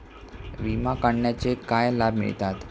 विमा काढण्याचे काय लाभ मिळतात?